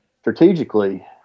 strategically